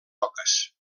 oques